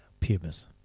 Pumas